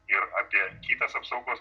ir apie kitas apsaugos